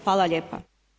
Hvala lijepo.